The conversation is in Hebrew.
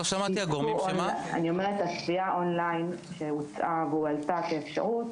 אני אומרת שהצפייה און-ליין שהוצעה והועלתה כאפשרות